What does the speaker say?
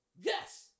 Yes